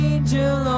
Angel